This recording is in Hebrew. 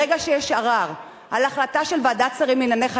ברגע שיש ערר על החלטה של ועדת שרים לענייני חקיקה,